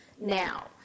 now